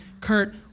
Kurt